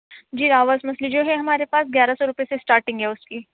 جی راوس مچھلی جو ہے ہمارے پاس گیارہ سو روپئے سے اسٹارٹنگ ہے اس کی